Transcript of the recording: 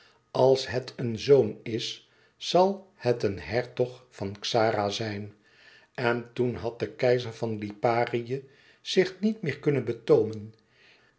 als het een zoon is zal het een hertog van xara zijn en toen had de keizer van liparië zich niet meer kunnen betoomen